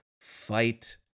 fight